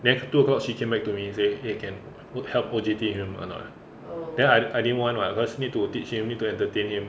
then two o'clock she came back to me say !hey! can work help O_J_T him or not then I didn't want [what] cause need to teach him need to entertain him